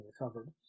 recovered